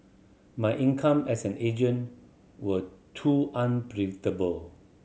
my income as an agent was too unpredictable